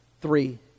three